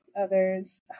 others